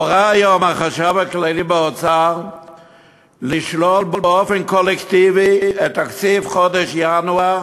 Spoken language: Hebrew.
הורה היום החשב הכללי באוצר לשלול באופן קולקטיבי את תקציב חודש ינואר